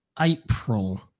April